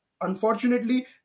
Unfortunately